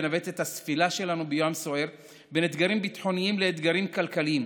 לנווט את הספינה שלנו בים סוער בין אתגרים ביטחוניים לאתגרים כלכליים.